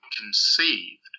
conceived